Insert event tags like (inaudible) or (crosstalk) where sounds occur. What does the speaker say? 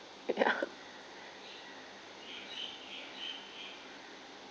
ya (laughs)